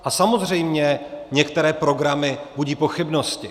A samozřejmě některé programy budí pochybnosti.